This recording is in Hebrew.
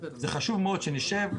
זה חשוב מאוד שנשב,